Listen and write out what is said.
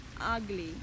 ugly